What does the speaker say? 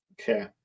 Okay